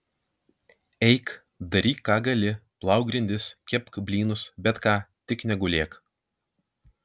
eik daryk ką gali plauk grindis kepk blynus bet ką tik negulėk